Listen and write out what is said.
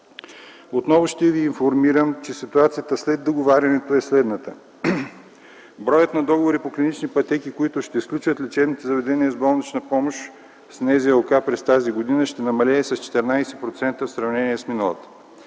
Отново ще ви информирам, че ситуацията след договарянето е следната. Броят на договорите по клинични пътеки, които ще сключат лечебните заведения за болнична помощ с НЗОК през тази години, ще намалее с 14% в сравнение с миналата